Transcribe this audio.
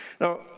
Now